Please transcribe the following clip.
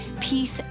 peace